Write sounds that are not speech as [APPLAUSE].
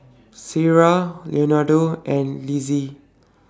Sierra Leonardo and [UNINTELLIGIBLE]